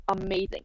amazing